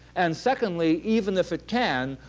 and secondly, even if it can,